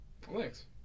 Thanks